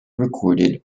recorded